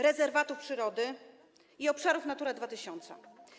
rezerwatów przyrody i obszarów „Natura 2000”